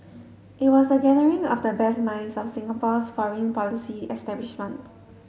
it was a gathering of the best minds of Singapore's foreign policy establishment